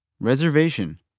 Reservation